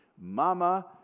mama